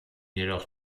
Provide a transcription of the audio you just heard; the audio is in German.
jedoch